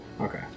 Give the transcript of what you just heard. Okay